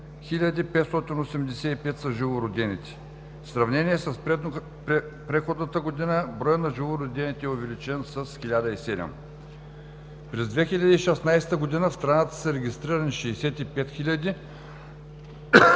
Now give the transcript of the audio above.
585 са живородените. В сравнение с предходната година, броят на живородените е увеличен с 1007. През 2016 г. в страната са регистрирани 65